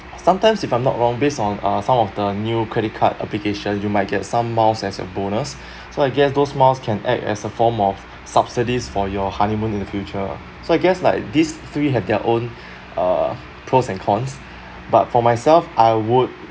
sometimes if I'm not wrong based on uh some of the new credit card application you might get some miles as your bonus so I guess those miles can act as a form of subsidies for your honeymoon in the future so I guess like these three have their own uh pros and cons but for myself I would